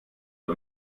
der